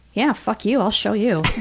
yeah, fuck you, i'll show you.